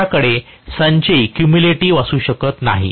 माझ्याकडे संचयी असू शकत नाही